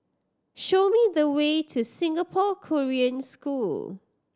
show me the way to Singapore Korean School